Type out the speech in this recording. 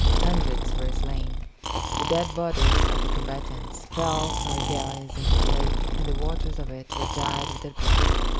hundreds were slain. the dead bodies of the combatants fell from the galleys into the lake and the waters of it were dyed with their blood.